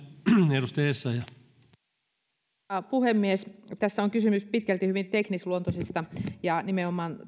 arvoisa puhemies tässä on kysymys pitkälti hyvin teknisluontoisista asioista ja nimenomaan